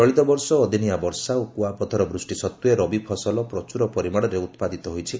ଚଳିତବର୍ଷ ଅଦିନିଆ ବର୍ଷା ଓ କୁଆପଥର ବୃଷ୍ଟି ସଭ୍ଜ୍ୱେ ରବି ଫସଲ ପ୍ରଚୁର ପରିମାଣରେ ଉତ୍ପାଦିତ ହୋଇଛି